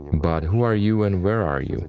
but who are you and where are you?